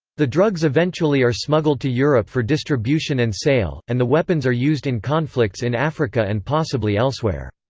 the drugs eventually are smuggled to europe for distribution and sale, and the weapons are used in conflicts in africa and possibly elsewhere.